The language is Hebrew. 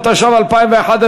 התשע"ב 2011,